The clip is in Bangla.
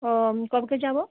ও কবে যাবো